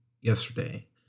yesterday